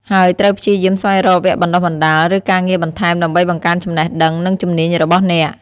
ហើយត្រូវព្យាយាមស្វែងរកវគ្គបណ្តុះបណ្តាល ឬការងារបន្ថែមដើម្បីបង្កើនចំណេះដឹង និងជំនាញរបស់អ្នក។